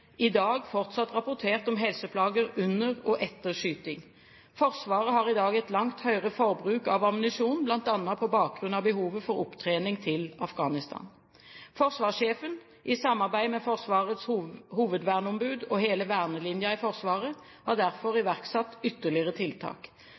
i dag fortsatt rapportert om helseplager under og etter skyting. Forsvaret har i dag et langt høyere forbruk av ammunisjon, bl.a. på bakgrunn av behovet for opptrening til Afghanistan. Forsvarssjefen har i samarbeid med Forsvarets hovedverneombud og hele vernelinjen i Forsvaret derfor iverksatt ytterligere tiltak. Arbeidsmiljøet i